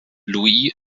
louis